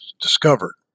discovered